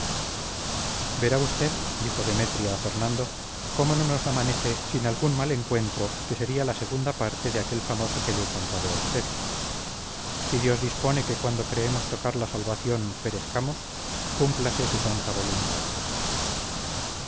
verá usted dijo demetria a fernando cómo no nos amanece sin algún mal encuentro que sería la segunda parte de aquel famoso que le he contado a usted si dios dispone que cuando creemos tocar la salvación perezcamos cúmplase su santa voluntad